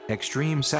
Extreme